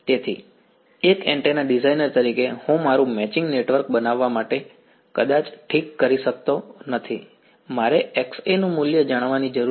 તેથી એક antenna designer તરીકે હું મારું મેચિંગ નેટવર્ક બનાવવા માટે કદાચ ઠીક કરી શકતો નથી મારે Xa નું મૂલ્ય જાણવાની જરૂર છે